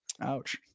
Ouch